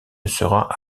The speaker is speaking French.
sera